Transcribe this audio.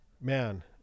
man